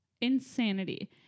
Insanity